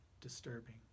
disturbing